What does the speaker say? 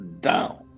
down